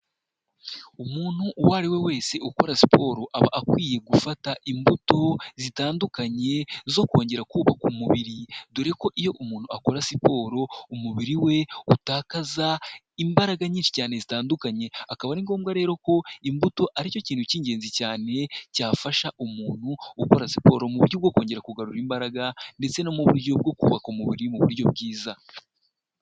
Umuntu uwo ari we wese ukora siporo aba akwiye gufata imbuto zitandukanye zo kongera kubaka umubiri, dore ko iyo umuntu akora siporo umubiri we utakaza imbaraga nyinshi cyane zitandukanye, akaba ari ngombwa rero ko imbuto ari cyo kintu k'ingenzi cyane cyafasha umuntu ukora siporo mu buryo bwo kongera kugarura imbaraga ndetse no mu buryo bwo kubaka umubiri mu buryo bwiza.